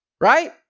right